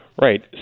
Right